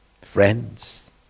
friends